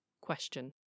question